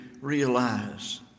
realize